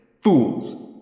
fools